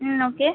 ம் ஓகே